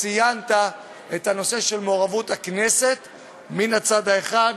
ציינת את הנושא של מעורבות הכנסת מן הצד האחד,